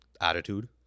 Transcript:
attitude